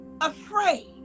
afraid